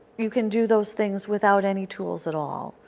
you can do those things without any tools at all,